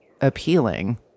appealing